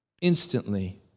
instantly